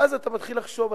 ואז אתה מתחיל לחשוב.